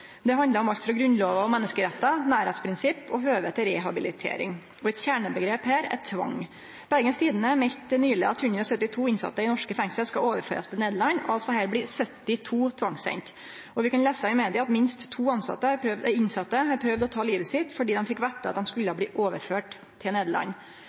Det handlar om alt frå Grunnlova og menneskerettar til nærleiksprinsipp og høve til rehabilitering. Eit kjerneomgrep her er tvang. Bergens Tidende melde nyleg at 174 innsette i norske fengsel skal overførast til Nederland, og av desse blir 72 tvangssende. Vi kan lese i media at minst to innsette prøvde å ta livet sitt fordi dei fekk vite at